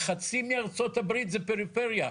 חצי מארצות הברית זה פריפריה.